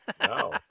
No